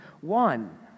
one